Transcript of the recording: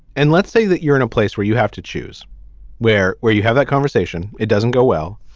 and let's say that you're in a place where you have to choose where where you have that conversation. it doesn't go well.